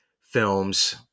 films